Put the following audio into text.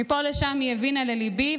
מפה לשם היא הבינה לליבי,